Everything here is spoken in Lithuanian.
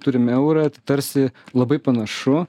turim eurą tarsi labai panašu